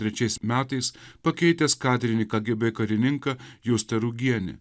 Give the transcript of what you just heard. trečiais metais pakeitęs kadrinį kgb karininką justą rugienį